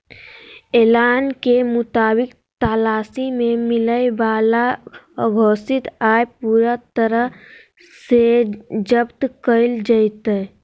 ऐलान के मुताबिक तलाशी में मिलय वाला अघोषित आय पूरा तरह से जब्त कइल जयतय